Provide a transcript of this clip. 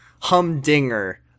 humdinger